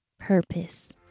Purpose